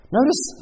Notice